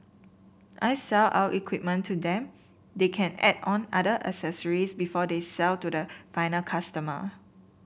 I sell our equipment to them they can add on other accessories before they sell to the final customer